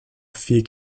vier